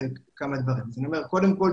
קודם כל,